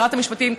שרת המשפטים,